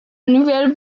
nouvelle